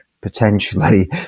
potentially